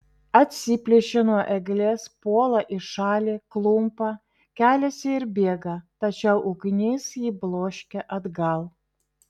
atsiplėšia nuo eglės puola į šalį klumpa keliasi ir bėga tačiau ugnis jį bloškia atgal